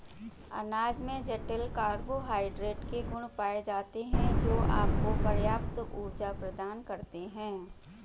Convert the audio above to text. अनाज में जटिल कार्बोहाइड्रेट के गुण पाए जाते हैं, जो आपको पर्याप्त ऊर्जा प्रदान करते हैं